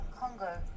congo